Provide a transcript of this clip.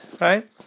right